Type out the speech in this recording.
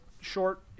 Short